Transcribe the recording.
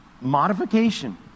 modification